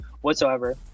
whatsoever